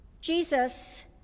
Jesus